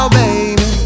baby